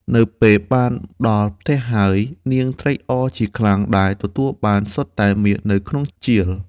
នៅពេលបានដល់ផ្ទះហើយ នាងត្រេកអរជាខ្លាំងដែលទទួលបានសុទ្ធតែមាសនៅក្នុងជាល។